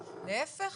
להיפך,